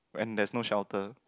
and there's no shelter